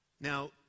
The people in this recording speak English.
Now